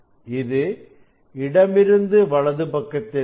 இது இடமிருந்து வலது பக்கத்திற்கு உள்ளது